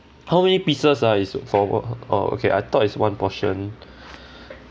how many pieces ah is for oh okay I thought is one portion